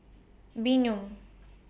Bynum